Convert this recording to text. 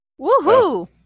woohoo